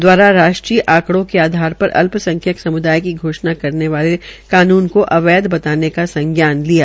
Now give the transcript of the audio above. द्वारा राष्ट्रीय आकडों के आधार पर अल्पसंख्यक सम्दाय की धोषणा करने वालों कानून को अवैध बताने का संज्ञान लिया